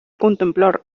contemplar